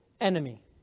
enemy